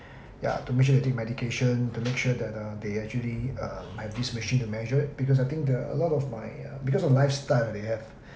yeah to make sure they take medication to make sure that uh they actually um have this machine to measure it because the a lot of my uh because of lifestyle they have